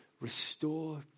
restore